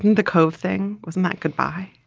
the cove thing was that goodbye.